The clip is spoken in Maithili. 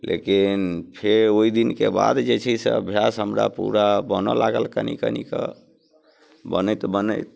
लेकिन फेर ओहि दिनके बाद जे छै से अभ्यास हमरा पूरा बनय लागल कनी कनी कऽ बनैत बनैत